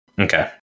Okay